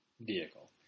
vehicle